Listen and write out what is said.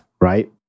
right